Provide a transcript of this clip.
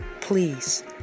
Please